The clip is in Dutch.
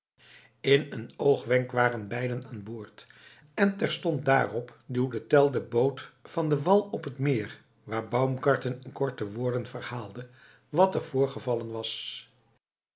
in een oogwenk waren beiden aanboord en terstond daarop duwde tell de boot van den wal op het meer waar baumgarten in korte woorden verhaalde wat er voorgevallen was